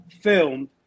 filmed